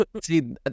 See